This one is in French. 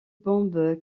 bombe